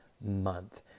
month